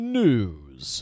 news